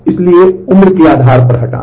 इसलिए उम्र के आधार पर हटाना